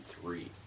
three